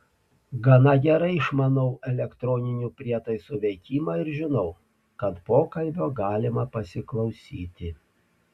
gana gerai išmanau elektroninių prietaisų veikimą ir žinau kad pokalbio galima pasiklausyti